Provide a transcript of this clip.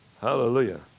Hallelujah